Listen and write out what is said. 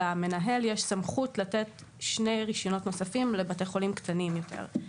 למנהל יש סמכות לתת שני רישיונות נוספים לבתי חולים קטנים יותר.